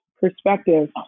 perspective